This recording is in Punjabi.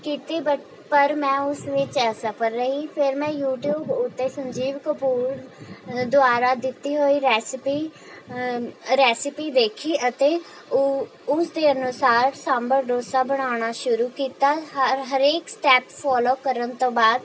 ਕੀਤੀ ਬਟ ਪਰ ਮੈਂ ਉਸ ਵਿੱਚ ਅਸਫਲ ਰਹੀ ਫਿਰ ਮੈਂ ਯੂਟਿਊਬ ਉੱਤੇ ਸੰਜੀਵ ਕਪੂਰ ਦੁਆਰਾ ਦਿੱਤੀ ਹੋਈ ਰੈਸਪੀ ਰੈਸਪੀ ਦੇਖੀ ਅਤੇ ਉਸ ਦੇ ਅਨੁਸਾਰ ਸਾਂਭਰ ਡੋਸਾ ਬਣਾਉਣਾ ਸ਼ੁਰੂ ਕੀਤਾ ਹਰ ਹਰੇਕ ਸਟੈੱਪ ਫੋਲੋ ਕਰਨ ਤੋਂ ਬਾਅਦ